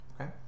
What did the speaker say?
okay